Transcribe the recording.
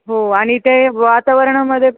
हो आणि ते वातावरणामध्ये